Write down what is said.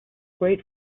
great